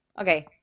Okay